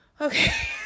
Okay